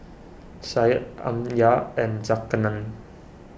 Syed Amsyar and Zulkarnain